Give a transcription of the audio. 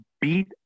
beat